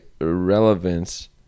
relevance